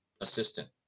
assistant